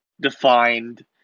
defined